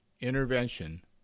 intervention